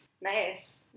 nice